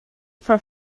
for